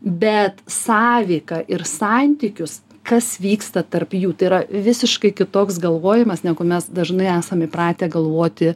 bet sąveiką ir santykius kas vyksta tarp jų tai yra visiškai kitoks galvojimas negu mes dažnai esam įpratę galvoti